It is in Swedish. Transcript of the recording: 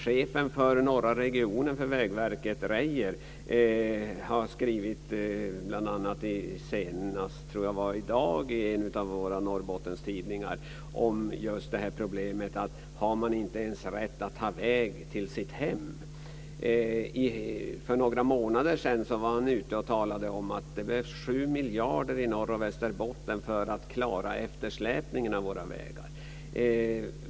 Chefen för Vägverkets norra region, Reyier, skriver i dag i en av Har man inte ens rätt att ha väg till sitt hem? För några månader var Reyier ute och talade om att det behövs 7 miljarder i Norrbotten och Västerbotten för att man ska klara eftersläpningarna av våra vägar.